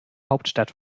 hauptstadt